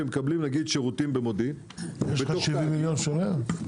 שמקבלים למשל שירותים במודיעין בתוך תאגיד --- יש לך 70 מיליון לשלם?